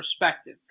perspective